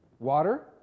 Water